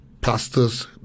pastors